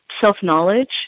self-knowledge